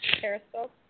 Periscope